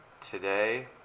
today